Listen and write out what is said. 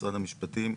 משרד המשפטים,